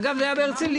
אגב, זה היה בהרצליה.